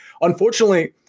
Unfortunately